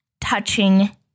touching